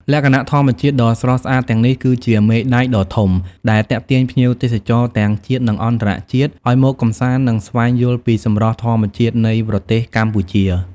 លក្ខណៈធម្មជាតិដ៏ស្រស់ស្អាតទាំងនេះ គឺជា មេដែកដ៏ធំ ដែលទាក់ទាញភ្ញៀវទេសចរទាំងជាតិ និងអន្តរជាតិឲ្យមកកម្សាន្ត និងស្វែងយល់ពីសម្រស់ធម្មជាតិនៃប្រទេសកម្ពុជា។